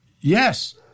yes